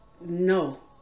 No